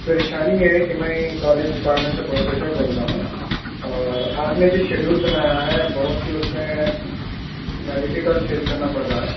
پریشانی یہ ہے کہ میں کالج ڈپارٹمنٹ سے پروفیسر بول رہا ہوں اور آپ نے جو شیڈول بنایا ہے بہت ہی اس میں ڈیفیکلٹ فیس کرنا پڑ رہا ہے